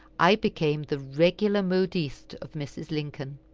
i became the regular modiste of mrs. lincoln.